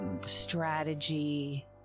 strategy